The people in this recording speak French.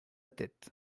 tête